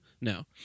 No